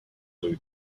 blue